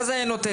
מה זה היה נותן?